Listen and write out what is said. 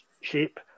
shape